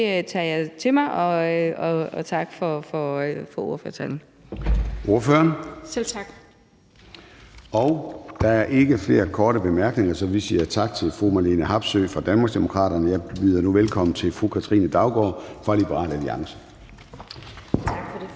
tak. Kl. 13:24 Formanden (Søren Gade): Der er ikke flere korte bemærkninger, så vi siger tak til fru Marlene Harpsøe fra Danmarksdemokraterne. Jeg byder nu velkommen til fru Katrine Daugaard fra Liberal Alliance. Kl.